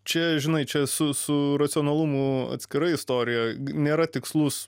čia žinai čia su su racionalumu atskirai istorija nėra tikslus